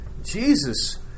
Jesus